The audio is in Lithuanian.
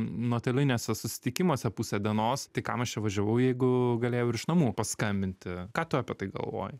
nuotoliniuose susitikimuose pusę dienos tai kam aš čia važiavau jeigu galėjau ir iš namų paskambinti ką tu apie tai galvoji